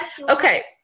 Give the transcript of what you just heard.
okay